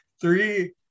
three